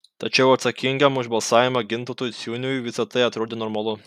tačiau atsakingam už balsavimą gintautui ciuniui visa tai atrodė normalu